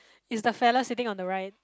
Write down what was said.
is the fellow sitting on the right